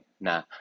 Nah